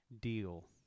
Deal